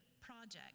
project